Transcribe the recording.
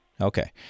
Okay